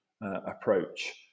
approach